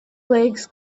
legs